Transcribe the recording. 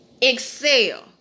excel